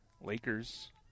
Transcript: Lakers